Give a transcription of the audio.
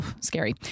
scary